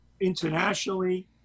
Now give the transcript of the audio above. internationally